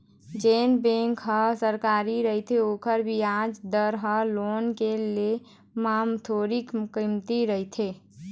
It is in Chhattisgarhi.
जेन बेंक ह सरकारी रहिथे ओखर बियाज दर ह लोन के ले म थोरीक कमती रथे